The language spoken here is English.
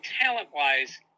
talent-wise